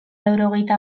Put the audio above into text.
laurogeita